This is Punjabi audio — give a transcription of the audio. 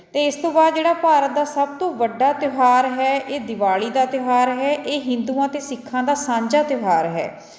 ਅਤੇ ਇਸ ਤੋਂ ਬਾਅਦ ਜਿਹੜਾ ਭਾਰਤ ਦਾ ਸਭ ਤੋਂ ਵੱਡਾ ਤਿਉਹਾਰ ਹੈ ਇਹ ਦਿਵਾਲੀ ਦਾ ਤਿਉਹਾਰ ਹੈ ਇਹ ਹਿੰਦੂਆਂ ਅਤੇ ਸਿੱਖਾਂ ਦਾ ਸਾਂਝਾ ਤਿਉਹਾਰ ਹੈ